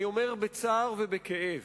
אני אומר בצער ובכאב